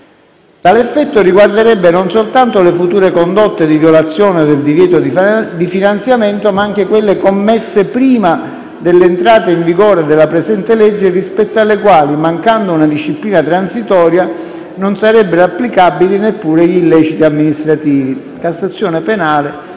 Tale effetto riguarderebbe non soltanto le future condotte di violazione del divieto di finanziamento, ma anche quelle commesse prima dell'entrata in vigore della presente legge, rispetto alle quali, mancando una disciplina transitoria, non sarebbero applicabili neppure gli illeciti amministrativi (Cassazione penale,